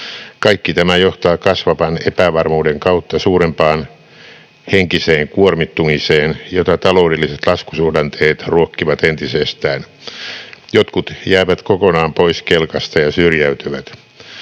Kaikki tämä johtaa kasvavan epävarmuuden kautta suurempaan henkiseen kuormittumiseen, jota taloudelliset laskusuhdanteet ruokkivat entisestään. Jotkut jäävät kokonaan pois kelkasta ja syrjäytyvät.